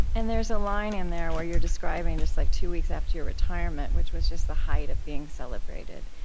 and there's a line in there where you're describing just like two weeks after your retirement, which was just the height of being celebrated.